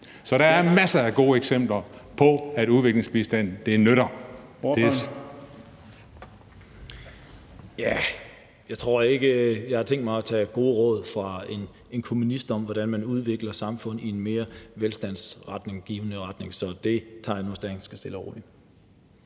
Så der er masser af gode eksempler på, at udviklingsbistand nytter.